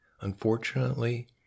Unfortunately